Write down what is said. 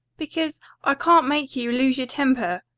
because i can't make you lose your temper.